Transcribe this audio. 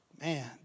Man